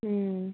ꯎꯝ